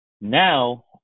Now